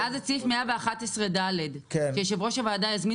ואני קוראת את סעיף 111(ד) שיושב ראש הוועדה יזמין